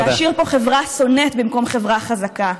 להשאיר פה חברה שונאת במקום חברה חזקה.